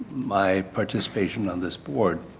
my participation on this board.